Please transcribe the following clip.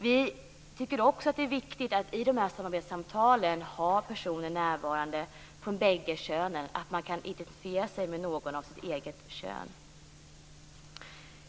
Vi tycker också att det är viktigt att personer från bägge könen är närvarande i samarbetssamtalen så att man kan identifiera sig med någon av sitt eget kön.